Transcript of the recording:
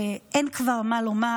אין כבר מה לומר,